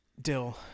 Dill